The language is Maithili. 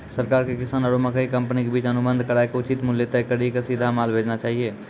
सरकार के किसान आरु मकई कंपनी के बीच अनुबंध कराय के उचित मूल्य तय कड़ी के सीधा माल भेजना चाहिए?